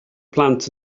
plant